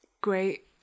great